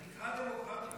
זה נקרא דמוקרטיה.